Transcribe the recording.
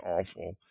awful